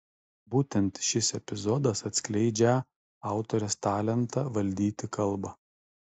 būtent šis epizodas atskleidžią autorės talentą valdyti kalbą